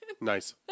nice